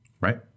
Right